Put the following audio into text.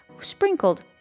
sprinkled